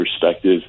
perspective